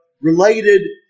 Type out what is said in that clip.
related